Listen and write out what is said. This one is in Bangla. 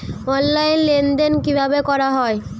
অনলাইন লেনদেন কিভাবে করা হয়?